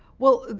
well,